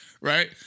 right